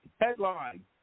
headline